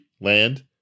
Land